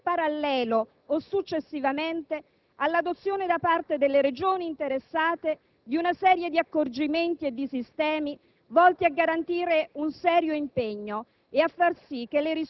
Non vorremmo, infatti, assistere ad un consolidamento cronico del debito, incrementato a dismisura da politiche sanitarie confuse, contraddittorie e per questo dannose.